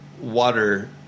water